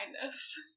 kindness